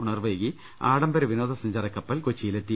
ഉണർവ്വേകി ആഡംബര വിനോദ സഞ്ചാര കപ്പൽ കൊച്ചിയിലെത്തി